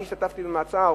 אני השתתפתי בהפגנה?